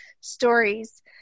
stories